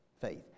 faith